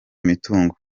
imitungo